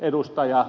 ukkola